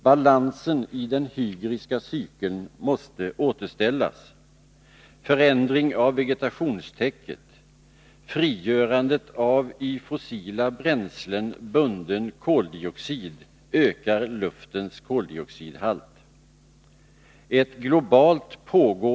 Balansen i den hygriska cykeln måste återställas. Förändring av vegetationstäcket och frigörande av i fossila bränslen bunden koldioxid ökar luftens koldioxidhalt.